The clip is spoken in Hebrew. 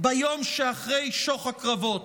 ביום שאחרי שוך הקרבות.